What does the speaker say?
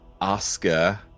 oscar